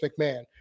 McMahon